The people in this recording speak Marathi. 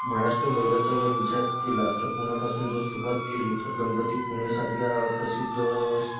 महाराष्ट्र दौऱ्याचा जर विचार केला तर पुण्यापासून जर सुरुवात केली तर गणपती पुणेसारख्या प्रसिद्ध